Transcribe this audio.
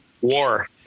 War